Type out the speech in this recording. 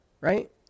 right